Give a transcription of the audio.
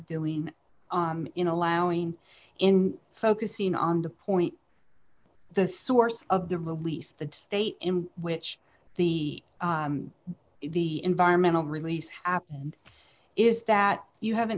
doing in allowing in focusing on the point the source of the release the state in which the the environmental release happened is that you have an